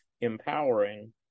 Empowering